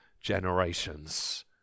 generations